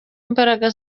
imbaraga